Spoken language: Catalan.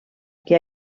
que